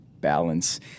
balance